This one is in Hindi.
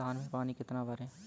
धान में पानी कितना भरें?